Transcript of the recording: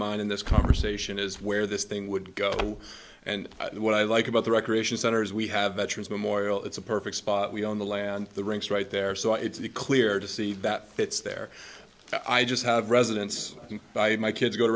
mind in this conversation is where this thing would go and what i like about the recreation centers we have veterans memorial it's a perfect spot we own the land the ranks right there so it's clear to see that it's there i just have residence in my kids go to